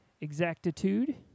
Exactitude